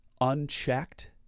unchecked